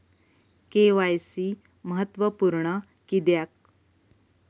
KYC महत्त्वपुर्ण किद्याक?